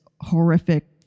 horrific